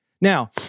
Now